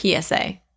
PSA